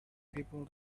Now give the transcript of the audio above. people